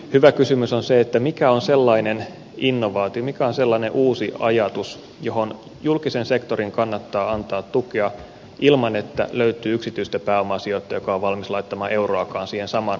hyvä kysymys on se mikä on sellainen innovaatio mikä on sellainen uusi ajatus johon julkisen sektorin kannattaa antaa tukea ilman että löytyy yksityistä pääomasijoittajaa joka on valmis laittamaan euroakaan siihen samaan ajatukseen likoon